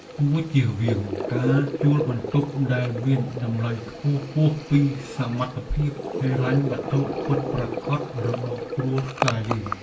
គួរជៀសវាងការជួលបន្ទប់ដែលមានតម្លៃខ្ពស់ហួសពីសមត្ថភាពហិរញ្ញវត្ថុពិតប្រាកដរបស់គ្រួសារយើង។